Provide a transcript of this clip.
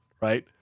right